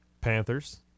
Panthers